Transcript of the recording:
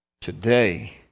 Today